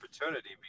opportunity